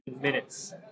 minutes